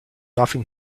often